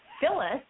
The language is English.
Phyllis